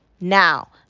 now